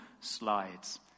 slides